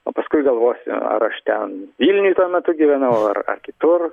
o paskui galvosiu ar aš ten vilniuj tuo metu gyvenau ar ar kitur